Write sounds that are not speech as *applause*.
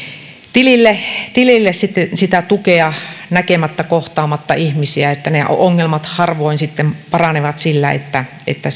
tilille tilille sitä tukea näkemättä kohtaamatta ihmisiä ne ongelmat harvoin paranevat sillä että että *unintelligible*